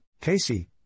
Casey